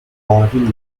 party